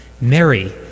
Mary